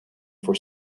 for